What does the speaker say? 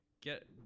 get